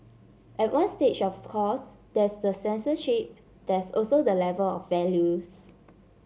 at one stage of course there's the censorship there's also the level of values